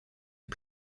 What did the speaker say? les